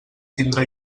tindrà